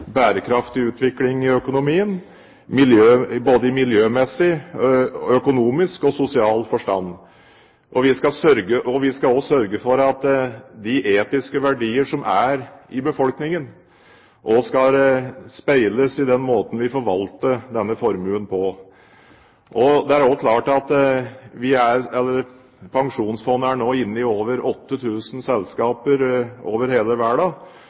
bærekraftig utvikling i økonomien, i både miljømessig, økonomisk og sosial forstand. Vi skal også sørge for at de etiske verdier som er i befolkningen, skal speiles i den måten vi forvalter denne formuen på. Pensjonsfondet er nå inne i 8 000 selskaper over hele verden. I kraft av både tyngden og de langsiktige investeringene til fondet er